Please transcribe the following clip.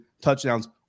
touchdowns